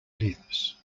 lips